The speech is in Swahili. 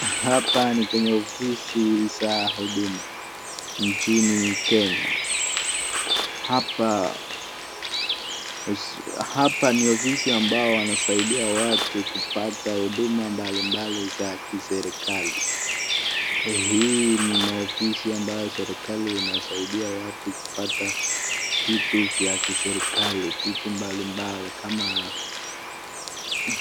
Hapa ni kwenye ofisi za huduma nchini Kenya. Hapa, hapa ni ofisi ambao wanasaidia watu kupata huduma mbalimbali za kiserikali. Hii ni maofisi ambayo serikali inasaidia watu kupata vitu vya kiserikali, vitu mbalimbali kama